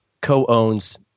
co-owns